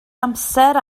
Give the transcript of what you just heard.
amser